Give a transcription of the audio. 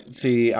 see